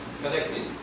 connected